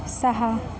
सहा